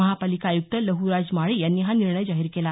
महापालिका आयुक्त लहराज माळी यांनी हा निर्णय जाहीर केला